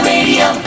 Radio